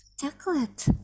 chocolate